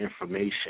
information